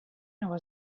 nova